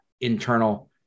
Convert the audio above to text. internal